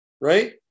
Right